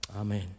Amen